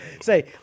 Say